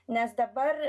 nes dabar